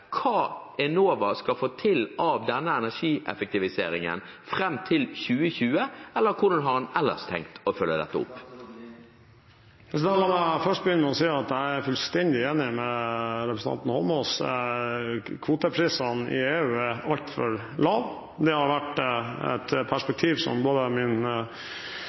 hva Enova skal få til av denne energieffektiviseringen fram til 2020, eller hvordan har han ellers tenkt å følge dette opp? La meg begynne med å si at jeg er fullstendig enig med representanten Holmås: Kvoteprisene i EU er altfor lave. Det har vært et perspektiv som både min